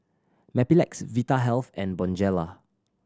Mepilex Vitahealth and Bonjela